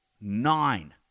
Nine